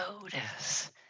notice